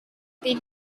they